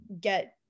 get